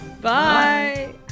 Bye